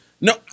No